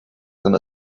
them